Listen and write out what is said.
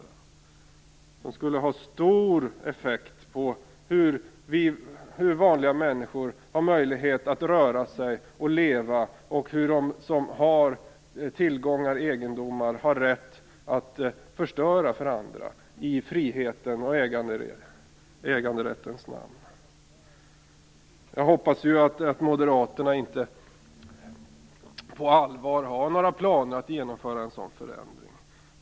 Det här skulle få stor effekt på vanliga människors möjligheter att röra sig och leva och på hur de som har tillgångar/egendomar har rätt att förstöra för andra i frihetens och äganderättens namn. Jag hoppas att Moderaterna inte på allvar har planer på att genomföra en sådan förändring.